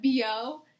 BO